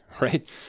right